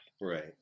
Right